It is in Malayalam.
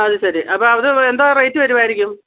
അത് ശരി അപ്പം അത് എന്തോ റേറ്റ് വരുമായിരിക്കും